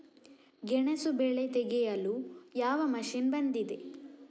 ಗೆಣಸು ಬೆಳೆ ತೆಗೆಯಲು ಯಾವ ಮಷೀನ್ ಬಂದಿದೆ?